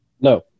No